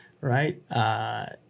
right